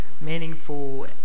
meaningful